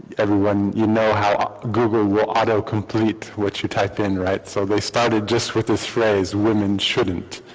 everyone, you know how google will autocomplete what you type in right, so they started just with this phrase women shouldn't.